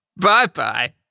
Bye-bye